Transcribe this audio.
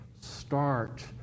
start